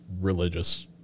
religious